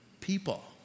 people